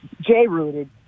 J-rooted